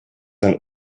ein